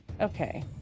okay